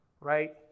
right